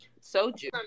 Soju